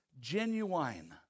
genuine